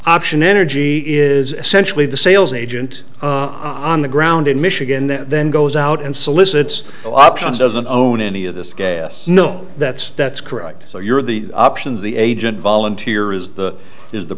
option energy is essentially the sales agent on the ground in michigan that then goes out and solicits options doesn't own any of this k s no that's that's correct so you're the options the agent volunteer is the